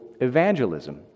evangelism